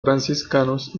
franciscanos